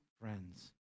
friends